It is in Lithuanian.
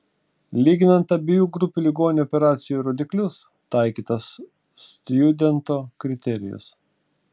lyginant abiejų grupių ligonių operacijų rodiklius taikytas stjudento kriterijus